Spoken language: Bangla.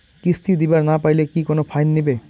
কিস্তি দিবার না পাইলে কি কোনো ফাইন নিবে?